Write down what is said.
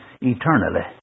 eternally